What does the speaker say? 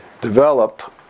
develop